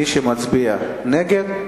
מי שמצביע נגד,